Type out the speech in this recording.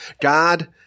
God